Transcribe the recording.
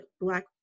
black